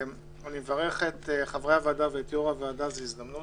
אני מברך את חברי הוועדה ואת יו"ר הוועדה זו הזדמנות